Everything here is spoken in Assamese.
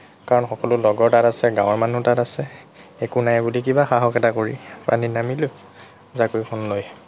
কাৰণ সকলো লগৰ তাত আছে গাঁৱৰ মানুহ তাত আছে একো নাই বুলি কিবা সাহস এটা কৰি পানীত নামিলোঁ জাকৈখন লৈ